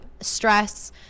Stress